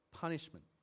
punishment